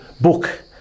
book